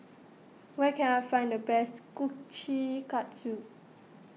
where can I find the best Kushikatsu